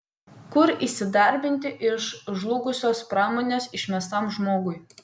kur įsidarbinti iš žlugusios pramonės išmestam žmogui